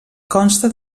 consta